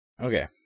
Okay